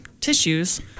tissues